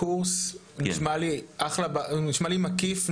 הקורס נשמע לי מקיף,